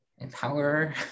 Empower